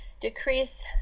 decrease